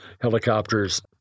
helicopters